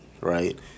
Right